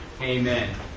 Amen